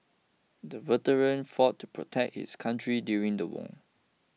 the veteran fought to protect his country during the war